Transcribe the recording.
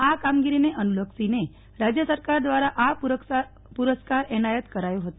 આ કામગીરીને અનુલક્ષીને રાજય સરકાર દ્વારા આ પુરસ્કાર એનાયત કારાથો હતો